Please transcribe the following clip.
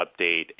update